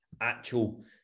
actual